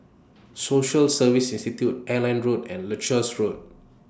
Social Service Institute Airline Road and Leuchars Road